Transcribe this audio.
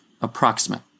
Approximate